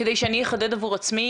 כדי שאני אחדד עבור עצמי,